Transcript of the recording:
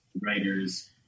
writers